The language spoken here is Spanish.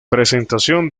presentación